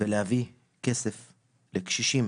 ולהביא כסף לקשישים,